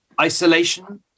isolation